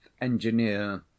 engineer